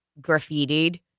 graffitied